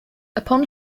upon